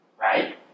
Right